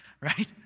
right